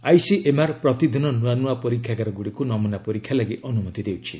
ICMR ପ୍ରତିଦିନ ନୂଆ ନୂଆ ପରୀକ୍ଷାଗାରଗୁଡ଼ିକୁ ନମୁନା ପରୀକ୍ଷା ଲାଗି ଅନୁମତି ଦେଉଛି